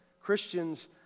Christians